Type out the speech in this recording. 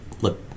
look